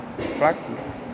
Practice